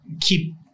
keep